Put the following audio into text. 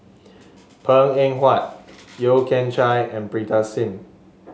Png Eng Huat Yeo Kian Chai and Pritam Singh